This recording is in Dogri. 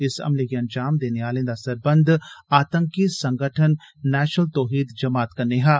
इस हमले गी अंजाम देने आलें दा सरबंध आतंकी संगठन नैशल तोहीद जमात कन्नै हा